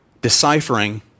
deciphering